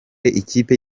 ikipe